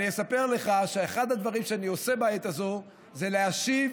אני אספר לך אחד הדברים שאני עושה בעת הזו זה להשיב